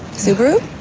subaru?